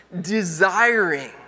desiring